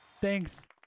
Thanks